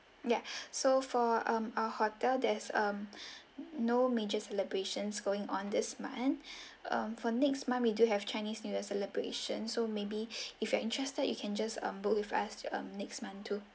ya so for um our hotel there's um no major celebrations going on this month um for next month we do have chinese new year celebration so maybe if you're interested you can just um book with us um next month too